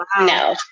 no